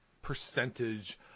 percentage